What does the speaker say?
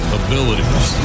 abilities